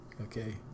okay